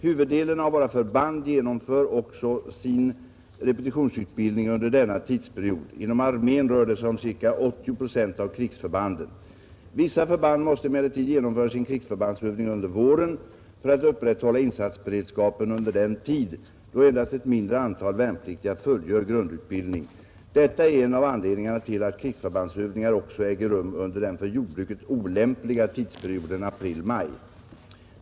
Huvuddelen av våra förband genomför också sin repetitionsutbildning under denna tidsperiod. Inom armén rör det sig om ca 80 procent av krigsförbanden. Vissa förband måste emellertid genomföra sina krigsförbandsövningar under våren för att upprätthålla insatsberedskapen under den tid då endast ett mindre antal värnpliktiga fullgör grundutbildning. Detta är en av anledningarna till att krigsförbandsövningar också äger rum under den för jordbruket olämpliga tidsperioden april — maj.